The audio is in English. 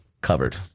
Covered